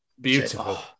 beautiful